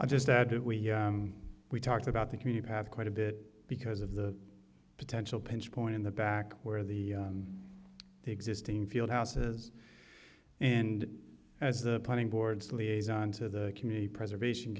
i just added we we talked about the community have quite a bit because of the potential pinch point in the back where the existing field houses and as the planning boards liaison to the community preservation